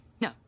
No